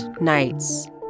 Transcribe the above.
nights